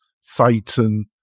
Satan